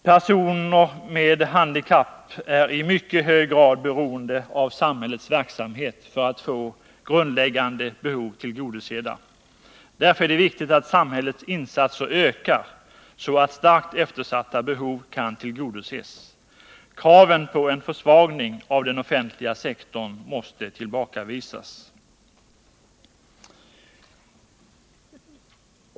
Personer med handikapp är i mycket hög grad beroende av samhällets verksamhet för att få grundläggande behov tillgodosedda. Därför är det viktigt att samhällets insatser ökar, så att starkt eftersatta behov kan tillgodoses. Kraven på en försvagning av den offentliga sektorn måste tillbakavisas.